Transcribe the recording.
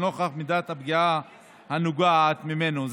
לנוכח מידת הפגיעה הנובעת ממנו.